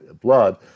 blood